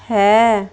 ਹੈ